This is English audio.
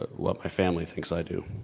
ah what my family thinks i do.